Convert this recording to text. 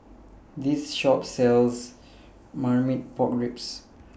This Shop sells Marmite Pork Ribs